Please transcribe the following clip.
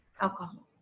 alcohol